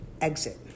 exit